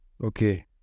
Okay